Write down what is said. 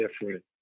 different